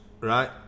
right